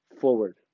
forward